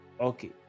Okay